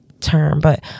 term—but